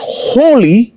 holy